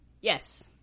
yes